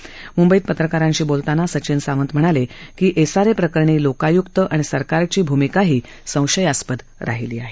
मूंबईत पत्रकारांशी बोलताना सचिन सावंत म्हणाले की एसआरएप्रकरणी लोकाय्क्त आणि सरकारची भूमिकाही संशयास्पद राहिली आहे